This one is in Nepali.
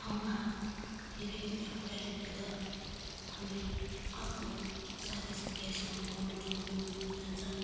ठाउँमा धेरैवटा कुराले गर्दा हामी आफ्नो साथीसङ्गीहरूसँग मनमुटाउ हुनु जान्छ